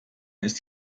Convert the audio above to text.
ist